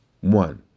one